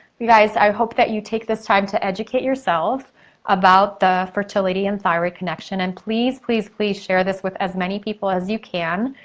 you guys, i hope that you take this time to educate yourself about the fertility and thyroid connection and please, please, please share this with as many people as you can.